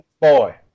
boy